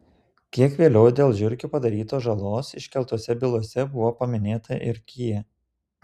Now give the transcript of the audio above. kiek vėliau dėl žiurkių padarytos žalos iškeltose bylose buvo paminėta ir kia